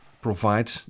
provide